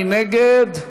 מי נגד?